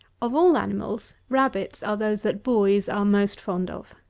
of all animals rabbits are those that boys are most fond of.